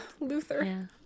luther